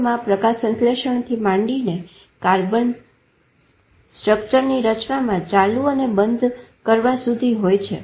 છોડમાં પ્રકાશસંશ્લેષણથી માંડીને કાર્બન સ્ટ્રક્ચરની રચનામાં ચાલુ અને બંધ કરવા સુધી હોય છે